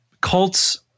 Cults